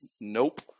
Nope